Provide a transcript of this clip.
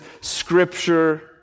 Scripture